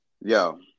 yo